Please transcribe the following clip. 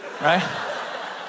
right